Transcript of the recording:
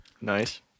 Nice